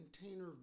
container